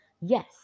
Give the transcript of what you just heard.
Yes